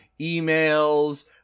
emails